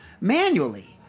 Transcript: manually